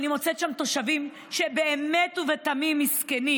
אני מוצאת שם תושבים שהם באמת ובתמים מסכנים,